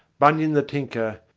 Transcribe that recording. bunyan the tinker,